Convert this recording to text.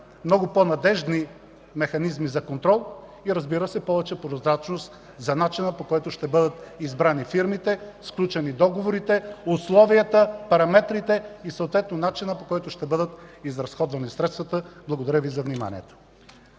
много по-надеждни механизми за контрол и, разбира се, повече прозрачност за начина, по който ще бъдат избрани фирмите, сключени договорите, условията, параметрите и съответно начина, по който ще бъдат изразходвани средствата. Благодаря.